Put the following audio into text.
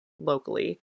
locally